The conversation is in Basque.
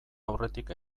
aurretik